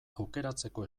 aukeratzeko